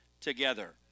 together